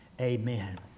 Amen